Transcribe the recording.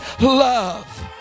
love